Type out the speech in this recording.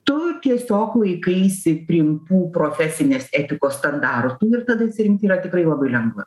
tu tiesiog laikaisi priimtų profesinės etikos standartų ir tada atsirinkt yra tikrai labai lengva